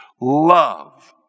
love